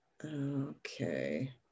Okay